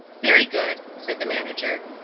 very good, said the manager.